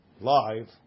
live